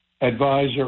advisor